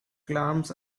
clams